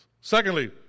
Secondly